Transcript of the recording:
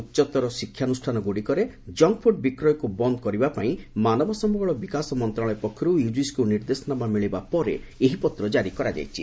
ଉଚ୍ଚତର ଶିକ୍ଷାନୁଷ୍ଠାନ ଗୁଡ଼ିକରେ ଜଙ୍କ୍ଫୁଡ୍ ବିକ୍ରୟଙ୍କୁ ବନ୍ଦ କରିବା ପାଇଁ ମାନବ ସମ୍ଭଳ ବିକାଶ ମନ୍ତ୍ରଣାଳୟ ପକ୍ଷରୁ ୟୁଜିସିକୁ ନିର୍ଦ୍ଦେଶନାମା ମିଳିବା ପରେ ଏହି ପତ୍ର ଜାରି କରାଯାଇଛି